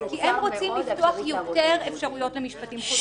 הם רוצים לפתוח יותר אפשרויות למשפטים חוזרים.